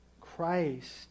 Christ